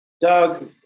Doug